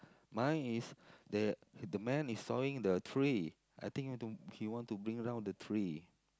mine is the the man is sawing the tree I think he to he want to bring down the tree